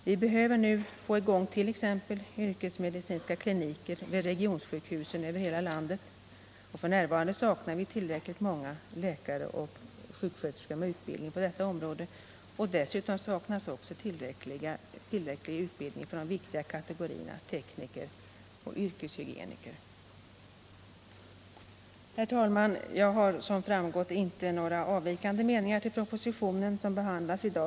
Vi behöver nu över hela landet få i gång t.ex. yrkesmedicinska kliniker vid regionsjukhusen. F.n. saknar vi tillräckligt många läkare och sjuksköterskor med utbildning på detta område. Dessutom saknas tillräcklig utbildning för de viktiga kategorierna tekniker och yrkeshygieniker. Herr talman! Som framgått av mitt anförande har jag inte några åsikter som avviker från dem som återfinns i den proposition som behandlas i dag.